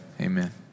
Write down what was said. amen